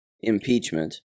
impeachment